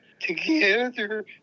Together